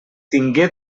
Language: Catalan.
tingué